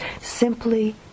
simply